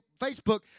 Facebook